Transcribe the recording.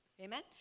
Amen